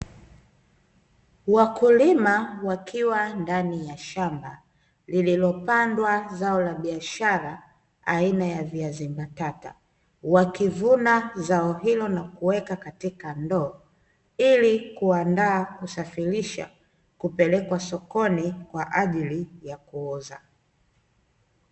Wakulima wakiwa ndani ya shamba liliopandwa zao la biashara aina ya viazi mbatata. Wakivuna zao hilo na kuweka katika ndoo ili kuandaa kusafirisha kupeleka sokoni kwa ajili ya kuuza.